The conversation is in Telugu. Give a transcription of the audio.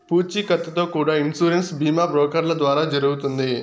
పూచీకత్తుతో కూడా ఇన్సూరెన్స్ బీమా బ్రోకర్ల ద్వారా జరుగుతుంది